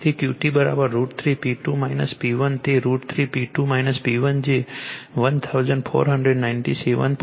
હવે QT √ 3 P2 P1 તે √ 3 P2 P1 જે 1497